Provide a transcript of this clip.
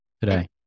today